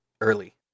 early